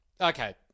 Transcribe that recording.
okay